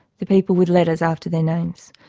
the people with letters after their names.